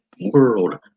world